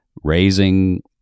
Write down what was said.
Raising